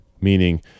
meaning